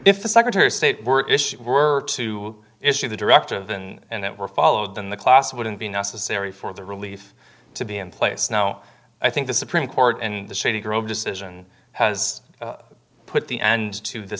if the secretary of state were were to issue the director of and it were followed then the class wouldn't be necessary for the relief to be in place now i think the supreme court and the shady grove decision has put the end to this